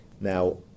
Now